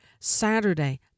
Saturday